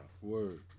Word